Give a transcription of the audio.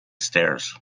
stairs